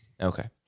Okay